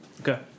Okay